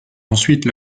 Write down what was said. ensuite